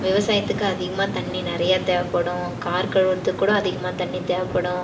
விவசாயத்துக்கு அதிகமாக தண்ணி நிறைய தேவைப்படும் கார் கழுவுகிறதுக்கூட அதிகமாக தண்ணி தேவைப்படும்